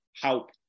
help